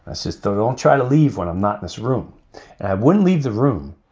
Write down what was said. assister, don't try to leave when i'm not in this room and i wouldn't leave the room.